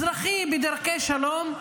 אזרחי, בדרכי שלום.